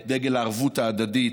את דגל הערבות ההדדית,